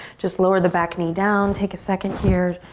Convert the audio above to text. just lower the back knee down. take a second here.